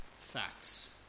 Facts